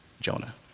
Jonah